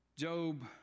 Job